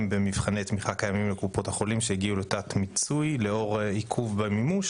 במבחני תמיכה קיימים לקופות החולים שהגיעו לתת-מיצוי לאור עיכוב במימוש.